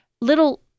little